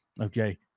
Okay